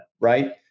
Right